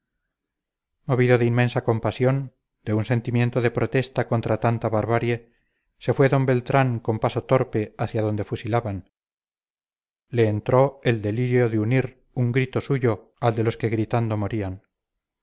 movido de inmensa compasión de un sentimiento de protesta contra tanta barbarie se fue d beltrán con paso torpe hacia donde fusilaban le entró el delirio de unir un grito suyo al de los que gritando morían